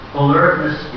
alertness